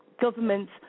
governments